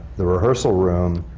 the rehearsal room